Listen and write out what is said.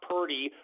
Purdy